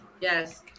Yes